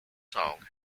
town